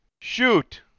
Shoot